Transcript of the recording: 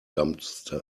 dumpster